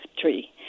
tree